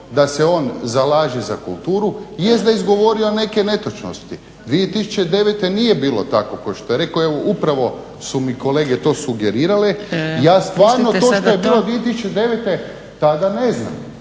da se on zalaže za kulturu, jest da je izgovorio neke netočnosti, 2009. nije bilo tako kao što je rekao. Dakle upravo su mi kolege to sugerirale, ja stvarno to što je bilo 2009.tada ne znam.